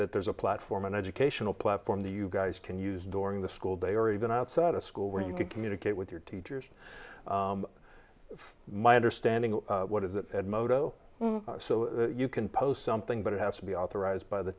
that there's a platform an educational platform the you guys can use during the school day or even outside a school where you can communicate with your teachers my understanding is that at moto so you can post something but it has to be authorized by the